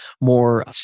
more